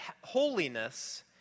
holiness